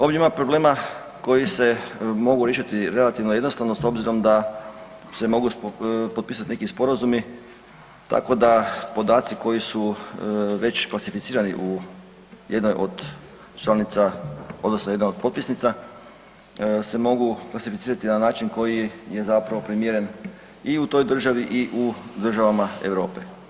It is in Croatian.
Ovdje ima problema koji se mogu riješiti relativno jednostavno s obzirom da se mogu potpisati neki sporazumi, tako da podaci koji su već klasificirani u jednoj od članica odnosno jednoj od potpisnica se mogu klasificirati na način koji je primjeren i u toj državi i u državama Europe.